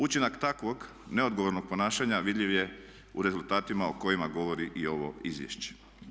Učinak takvog neodgovornog ponašanja vidljiv je u rezultatima o kojima govori i ovo izvješće.